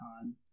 time